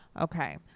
Okay